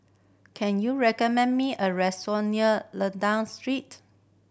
can you recommend me a restaurant near Lentor Street